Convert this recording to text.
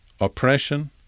oppression